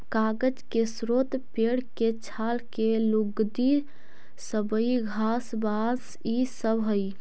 कागज के स्रोत पेड़ के छाल के लुगदी, सबई घास, बाँस इ सब हई